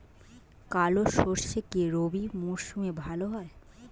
কালো সরষে কি রবি মরশুমে ভালো হয়?